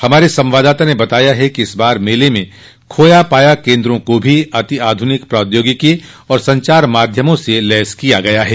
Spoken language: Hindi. हमारे संवाददाता ने बताया है कि इस बार मेले में खोया पाया केन्द्रों को भी अत्याधनिक प्रौद्योगिकी और संचार माध्यमों से लैस किया गया है